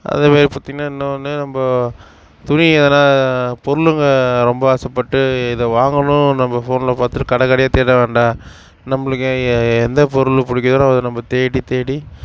அதே மாதிரி பார்த்தீங்கனா இன்னொன்று நம்ம துணி எதனால் பொருளுகள் ரொம்ப ஆசைப்பட்டு இதை வாங்கணும் நம்ம ஃபோனில் பார்த்துட்டு கடை கடையா தேட வேண்டாம் நம்மளுக்கே எந்த பொருள் பிடிக்குதோ அதை நம்ம தேடித் தேடி